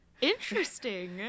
Interesting